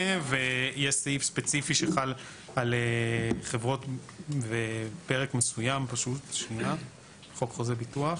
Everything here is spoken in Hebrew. ויש סעיף ספציפי שחל על חברות ופרק מסוים בחוק חוזה ביטוח.